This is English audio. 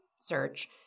search